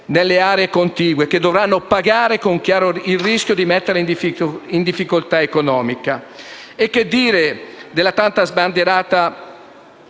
nelle aree contigue, che dovranno pagare, chiaramente correndo il rischio di essere messe in difficoltà economica. E che dire della tanto sbandierata